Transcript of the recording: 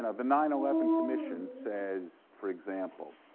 and the nine eleven commission says, for example,